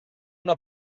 una